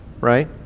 right